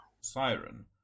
siren